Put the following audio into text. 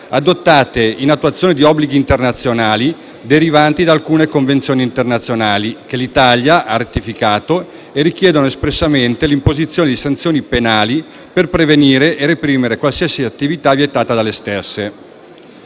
adottate in attuazione di obblighi internazionali, derivanti da alcune convenzioni internazionali che l'Italia ha ratificato e che richiedono espressamente l'imposizione di sanzioni penali per prevenire e reprimere qualsiasi attività vietata dalle stesse.